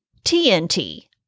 TNT